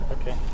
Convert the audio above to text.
Okay